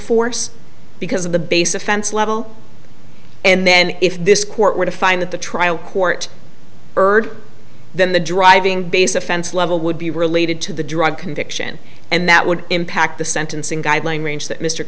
force because of the base offense level and then if this court were to find that the trial court heard then the driving base offense level would be related to the drug conviction and that would impact the sentencing guideline range that mr